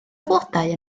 flodau